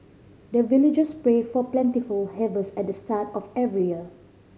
the villagers pray for plentiful harvest at the start of every year